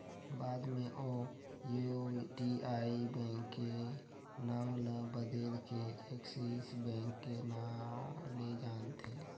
बाद मे ओ यूटीआई बेंक के नांव ल बदेल के एक्सिस बेंक के नांव ले जानथें